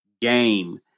game